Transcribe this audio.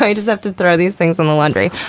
i just have to throw these things in the laundry.